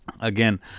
Again